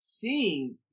seeing